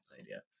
idea